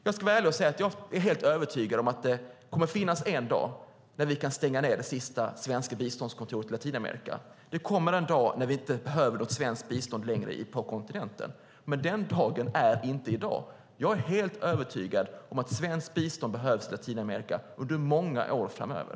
Jag ska vara ärlig och säga att jag är helt övertygad om att vi en dag kan stänga ned det sista svenska biståndskontoret i Latinamerika. Det kommer en dag när vi inte längre behöver något svenskt bistånd på kontinenten. Men den dagen är inte i dag. Jag är helt övertygad om att svenskt bistånd behövs i Latinamerika under många år framöver.